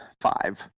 five